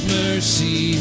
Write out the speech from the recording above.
mercy